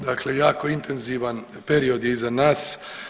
Dakle, jako intenzivan period je iza nas.